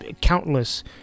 countless